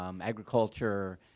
agriculture